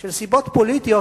של סיבות פוליטיות,